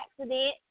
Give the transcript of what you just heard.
accident